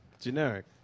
Generic